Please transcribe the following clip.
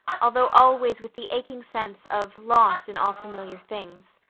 although always with the aching sense of loss in all familiar things.